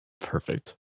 Perfect